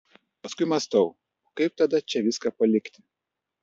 paskui mąstau o kaip tada čia viską palikti